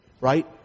Right